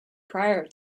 prior